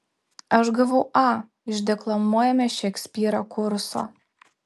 aš gavau a iš deklamuojame šekspyrą kurso